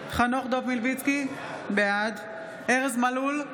חנוך דב מלביצקי, בעד ארז מלול,